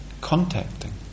contacting